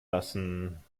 lassen